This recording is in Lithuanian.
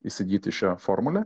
įsigyti šią formulę